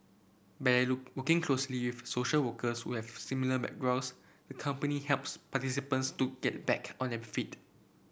by working closely with social workers who have similar backgrounds the company helps participants get back on their feet